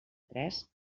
tres